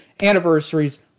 anniversaries